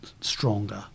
stronger